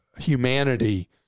humanity